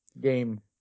game